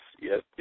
yes